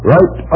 Right